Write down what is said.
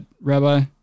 Rabbi